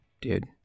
dude